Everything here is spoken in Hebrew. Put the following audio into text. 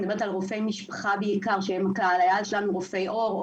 אני מדברת בעיקר על רופאי משפחה,